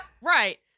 Right